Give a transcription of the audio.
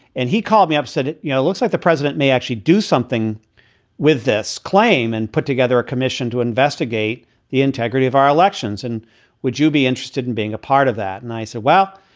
and he called me up, said it yeah it looks like the president may actually do something with this claim and put together a commission to investigate the integrity of our elections. and would you be interested in being a part of that? and i so said,